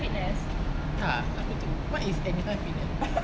ya apa tu what is anytime fitness